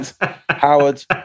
Howard